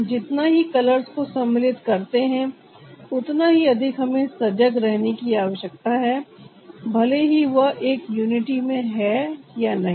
हम जितना ही कलर्स को सम्मिलित करते हैं उतना ही अधिक हमें सजग रहने की आवश्यकता है भले ही वह एक यूनिटी में है या नहीं